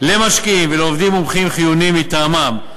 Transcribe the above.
למשקיעים ולעובדים מומחים חיוניים מטעמם,